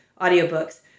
audiobooks